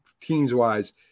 teams-wise